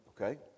okay